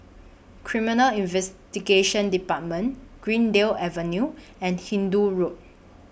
Criminal Investigation department Greendale Avenue and Hindoo Road